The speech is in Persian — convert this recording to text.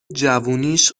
جوونیش